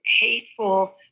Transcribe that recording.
hateful